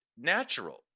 natural